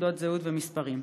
תעודות זהות ומספרים.